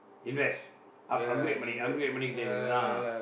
invest up~ upgrade money upgrade பண்ணிக்கிட்டே இருக்குறது:pannikkitdee irukkurathu ah